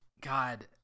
God